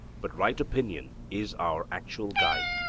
but right opinion is our actual guide.